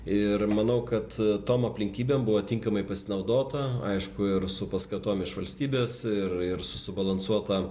ir manau kad tom aplinkybėm buvo tinkamai pasinaudota aišku ir su paskaitom iš valstybės ir ir subalansuota